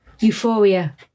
Euphoria